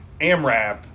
AMRAP